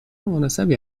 مناسبی